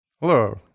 Hello